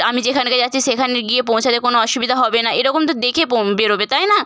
আমি যেখানকে যাচ্ছি সেখানে গিয়ে পৌঁছাতে কোনো অসুবিধা হবে না এরকম তো দেখে পো বেরোবে তাই না